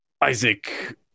Isaac